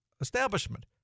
establishment